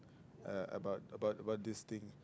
uh about about about this thing